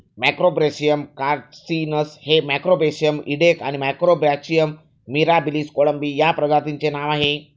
Macrobrachium carcinus हे Macrobrachium इडेक आणि मॅक्रोब्रॅचियम मिराबिलिस कोळंबी या प्रजातींचे नाव आहे